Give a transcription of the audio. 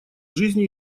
жизни